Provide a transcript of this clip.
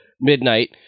midnight